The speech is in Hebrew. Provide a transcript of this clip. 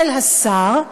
של השר,